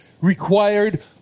required